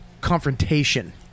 confrontation